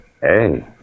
Hey